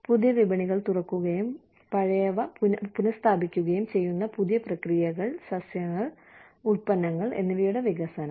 പുതിയ വിപണികൾ തുറക്കുകയും പഴയവ പുനഃസ്ഥാപിക്കുകയും ചെയ്യുന്ന പുതിയ പ്രക്രിയകൾ സസ്യങ്ങൾ ഉൽപ്പന്നങ്ങൾ എന്നിവയുടെ വികസനം